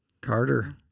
Carter